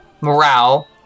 morale